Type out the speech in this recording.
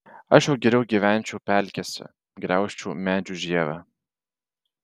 aš jau geriau gyvenčiau pelkėse graužčiau medžių žievę